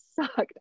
sucked